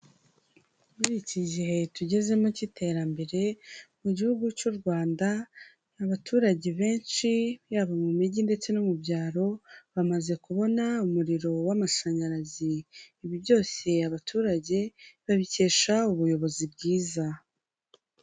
Muri iki gihe tugezemo cy'iterambere mu gihugu cy'u Rwanda abaturage benshi yaba mu mijyi ndetse no mu byaro bamaze kubona umuriro w'amashanyarazi, ibi byose abaturage babikesha ubuyobozi bwiza.